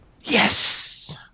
Yes